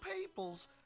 peoples